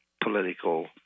political